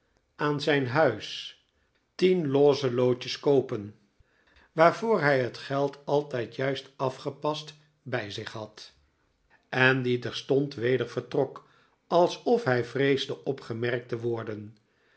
aan zijn huis tien loge lootjes koopen waarvoor hij het geld altijd juist afgepast bij zich had en die terstond weder vertrok alsof hij vreesde opgemerkt te worden